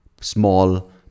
small